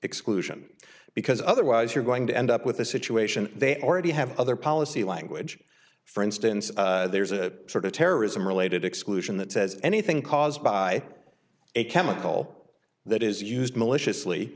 exclusion because otherwise you're going to end up with a situation they already have other policy language for instance there's a sort of terrorism related exclusion that says anything caused by a chemical that is used maliciously